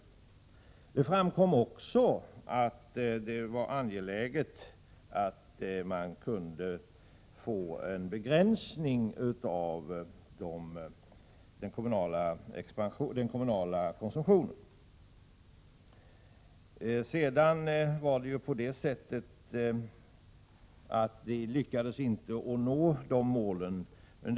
Det framgick också att det var angeläget att få en begränsning av den kommunala konsumtionen. Vi lyckades inte nå de målen.